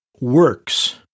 works